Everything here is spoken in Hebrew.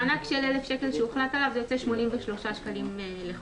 מענק של 1,000 שקלים שהוחלט עליו זה יוצא 83.3 שקלים לחודש.